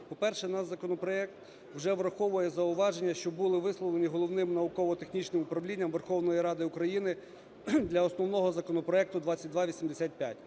По-перше, наш законопроект вже враховує зауваження, що були висловлені Головним науково-юридичним управління Верховної Ради України для основного законопроекту 2285,